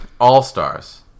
All-Stars